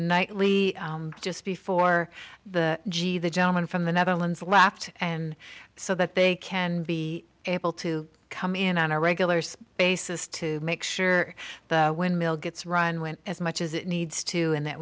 nightly just before the g the gentleman from the netherlands left and so that they can be able to come in on our regulars basis to make sure the windmill gets run went as much as it needs to and that